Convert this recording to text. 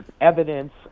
evidence